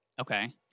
Okay